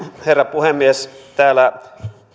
herra puhemies täällä